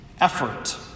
effort